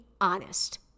honest